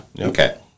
Okay